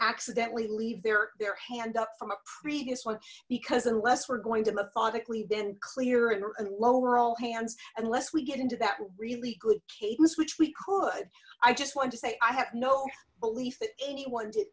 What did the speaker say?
accidentally leave their their hand up from a previous one because unless we're going to methodically then clear and lower all hands unless we get into that really good cadence which we could i just wanted to say i have no belief that anyone did